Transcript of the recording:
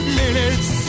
minutes